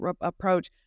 approach